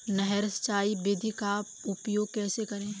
नहर सिंचाई विधि का उपयोग कैसे करें?